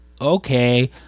Okay